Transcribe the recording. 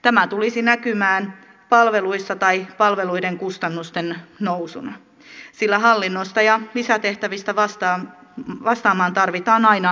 tämä tulisi näkymään palveluissa tai palveluiden kustannusten nousuna sillä hallinnosta ja lisätehtävistä vastaamaan tarvitaan aina lisäresursseja